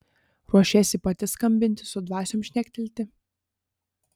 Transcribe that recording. ruošiesi pati skambinti su dvasiom šnektelti